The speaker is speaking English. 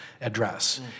address